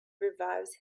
revives